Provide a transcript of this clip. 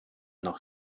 noch